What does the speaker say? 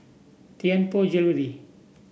Tianpo Jewellery